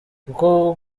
kuko